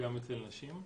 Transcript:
וגם אצל נשים.